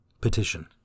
Petition